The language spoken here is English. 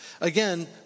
Again